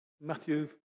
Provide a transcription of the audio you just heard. Matthew